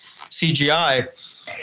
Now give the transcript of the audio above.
CGI